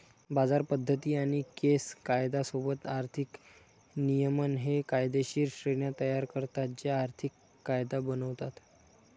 बाजार पद्धती आणि केस कायदा सोबत आर्थिक नियमन हे कायदेशीर श्रेण्या तयार करतात जे आर्थिक कायदा बनवतात